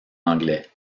anglais